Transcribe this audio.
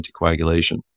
anticoagulation